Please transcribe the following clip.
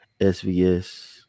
SVS